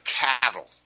cattle